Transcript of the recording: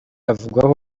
avugwaho